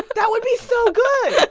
that would be so good.